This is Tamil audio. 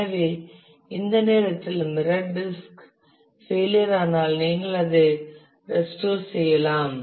எனவே இந்த நேரத்தில் மிரர் டிஸ்க் ஃபெயிலியர் ஆனால் நீங்கள் அதை ரெஸ்டோர் செய்யலாம்